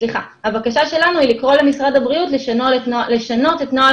הבקשה שלנו היא לקרוא למשרד הבריאות לשנות את נוהל